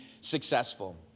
successful